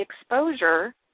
exposure